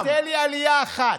תן לי עלייה אחת.